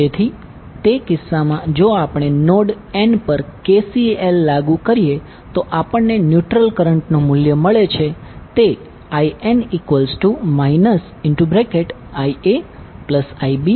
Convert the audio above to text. તેથી તે કિસ્સામાં જો આપણે નોડ N પર KCL લાગુ કરીએ તો આપણને ન્યુટ્રલ કરંટનું મૂલ્ય મળે છે તે In IaIbIc છે